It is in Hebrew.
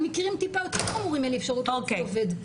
על מקרים טיפה יותר חמורים אין לי אפשרות להוציא עובד.